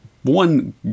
one